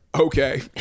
Okay